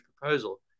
proposal